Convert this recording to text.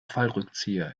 fallrückzieher